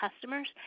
customers